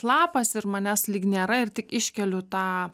lapas ir manęs lyg nėra ir tik iškeliu tą